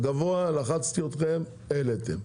על הגבוה לחצתי אתכם והעליתם,